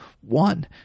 One